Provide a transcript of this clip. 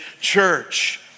church